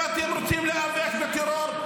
אם אתם רוצים להיאבק בטרור,